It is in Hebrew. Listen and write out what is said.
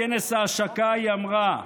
בכנס ההשקה היא אמרה: